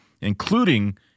including